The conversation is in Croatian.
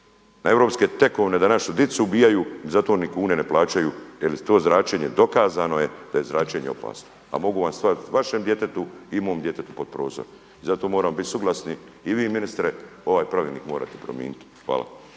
na europske tekovine da našu dicu ubijaju i zato ni kune ne plaćaju jer je to zračenje dokazano je da je zračenje opasno. A mogu vam staviti vašem djetetu i mom djetetu pod prozor i zato moramo biti suglasni i vi ministre ovaj pravilnik morate promijeniti. Hvala.